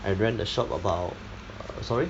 I ran a shop about err sorry